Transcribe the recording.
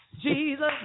Jesus